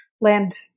land